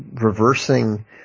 reversing